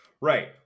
right